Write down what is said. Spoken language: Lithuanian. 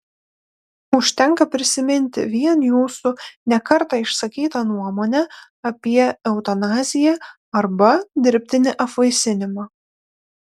užtenka prisiminti vien jūsų ne kartą išsakytą nuomonę apie eutanaziją arba dirbtinį apvaisinimą